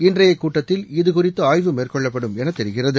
இன்றைய கூட்டத்தில் இதுகுறித்து ஆய்வு மேற்கொள்ளப்படும் என தெரிகிறது